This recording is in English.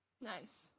nice